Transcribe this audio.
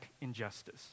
injustice